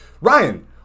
Ryan